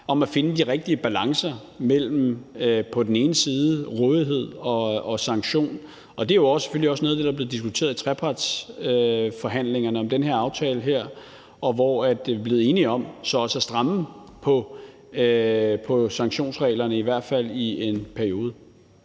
til at finde de rigtige balancer mellem rådighed og sanktion. Det er selvfølgelig også noget af det, der er blevet diskuteret i trepartsforhandlingerne om den her aftale, og hvor vi så også er blevet enige om at stramme på sanktionsreglerne, i hvert fald i en periode.